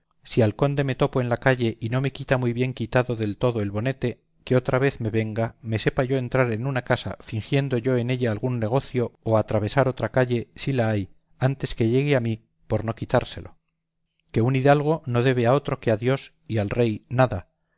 si al conde topo en la calle y no me quita muy bien quitado del todo el bonete que otra vez que venga me sepa yo entrar en una casa fingiendo yo en ella algún negocio o atravesar otra calle si la hay antes que llegue a mí por no quitárselo que un hidalgo no debe a otro que a dios y al rey nada